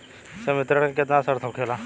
संवितरण के केतना शर्त होखेला?